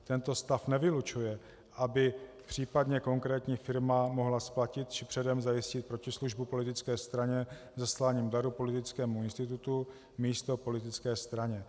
Tento stav nevylučuje, aby případně konkrétní firma mohla splatit či předem zajistit protislužbu politické straně zasláním daru politickému institutu místo politické straně.